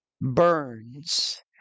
burns